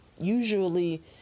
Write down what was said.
usually